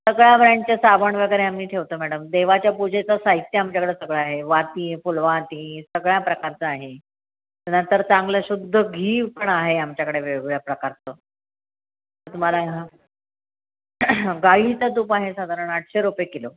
सगळ्या ब्रँडचे साबण वगैरे आम्ही ठेवतो मॅडम देवाच्या पूजेचं साहित्य आमच्याकडं सगळं आहे वाती फुलवाती सगळ्या प्रकारचं आहे नंतर चांगलं शुद्ध घी पण आहे आमच्याकडे वेगवेगळ्या प्रकारचं तुम्हाला ह गाईचं तूप आहे साधारण आठशे रुपये किलो